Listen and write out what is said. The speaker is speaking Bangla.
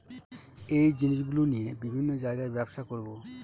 একই জিনিসগুলো নিয়ে বিভিন্ন জায়গায় ব্যবসা করবো